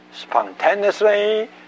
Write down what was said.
spontaneously